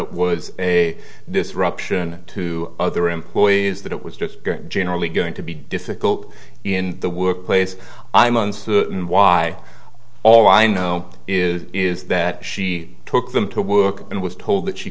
it was a disruption to other employees that it was just generally going to be difficult in the workplace i'm uncertain why all i know is is that she took them to work and was told that she